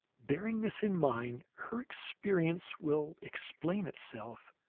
bearing this in mind, her experience will explain itself,